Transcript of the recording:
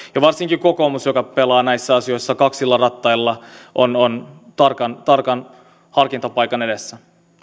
varsinkin kokoomus joka pelaa näissä asioissa kaksilla rattailla on on tarkan tarkan harkintapaikan edessä